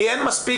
כי אין מספיק,